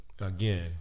again